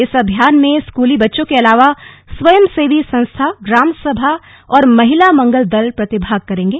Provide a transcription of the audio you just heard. इस अभियान में स्कूली बच्चों के अलावा स्वयंसेवी संस्था ग्राम सभा और महिला मंगलदल प्रतिभाग करेगे